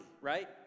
right